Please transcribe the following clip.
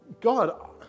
God